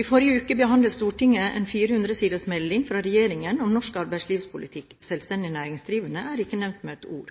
I forrige uke behandlet Stortinget en 400-siders melding fra regjeringen om norsk arbeidslivspolitikk. Selvstendig næringsdrivende er ikke nevnt med et ord.